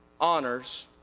honors